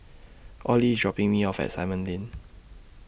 Audley IS dropping Me off At Simon Lane